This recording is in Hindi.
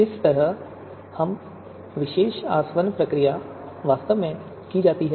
इस तरह यह विशेष आसवन प्रक्रिया वास्तव में की जाती है